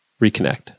reconnect